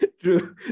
True